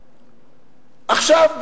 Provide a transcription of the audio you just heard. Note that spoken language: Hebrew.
עכשיו,